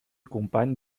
company